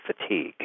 fatigue